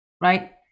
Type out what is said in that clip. right